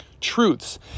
truths